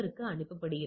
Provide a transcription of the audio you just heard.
85 ஆகும்